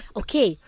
okay